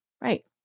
Right